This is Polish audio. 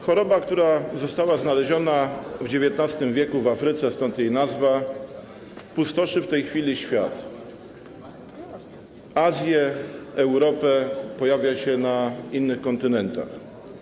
Choroba, która została wykryta w XIX w. w Afryce, stąd jej nazwa, pustoszy w tej chwili świat: Azję, Europę, pojawia się na innych kontynentach.